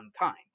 unkind